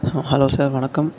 ஆ hello sir வணக்கம்